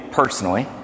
personally